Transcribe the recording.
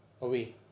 away